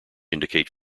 indicate